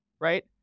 right